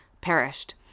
perished